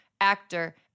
actor